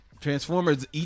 Transformers